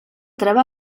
treva